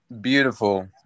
Beautiful